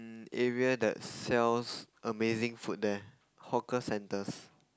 area that sells amazing food there hawker centres